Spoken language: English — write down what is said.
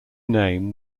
name